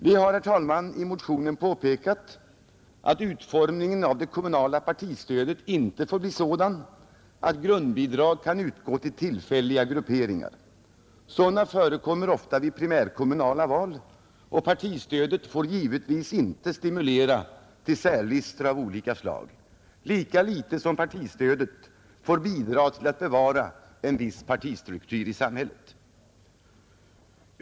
Vi har, herr talman, i motionen påpekat att utformningen av det kommunala partistödet inte får bli sådan att grundbidrag kan utgå till tillfälliga grupperingar. Sådana förekommer ofta vid primärkommunala val, och partistödet får givetvis inte stimulera till särlistor av olika slag, lika litet som partistödet får bidra till att bevara en viss partistruktur i samhället.